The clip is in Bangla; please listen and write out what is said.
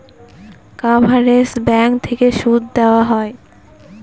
কভারেজ ব্যাঙ্ক থেকে সুদ দেওয়া হয়